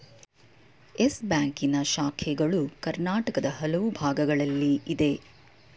Yes ಬ್ಯಾಂಕಿನ ಶಾಖೆಗಳು ಕರ್ನಾಟಕದ ಹಲವು ಭಾಗಗಳಲ್ಲಿ ಇದೆ